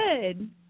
good